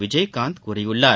விஜயகாந்த் கூறியுள்ளார்